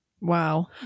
Wow